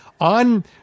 on